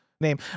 name